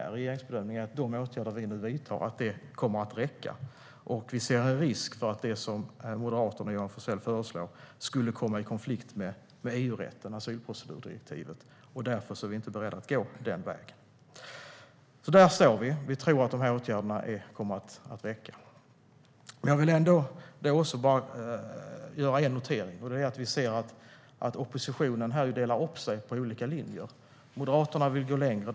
Regeringens bedömning är att de åtgärder som vi nu vidtar kommer att räcka. Vi ser en risk för att det som Moderaterna och Johan Forssell föreslår skulle komma i konflikt med EU-rätten, asylprocedurdirektivet. Därför är vi inte beredda att gå den vägen. Där står vi alltså. Vi tror att de åtgärderna kommer att räcka. Jag vill göra en notering. Oppositionen delar upp sig på olika linjer. Moderaterna vill gå längre.